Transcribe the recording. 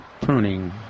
pruning